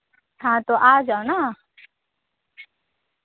हाँ तो आ जाओ ना